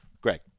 Greg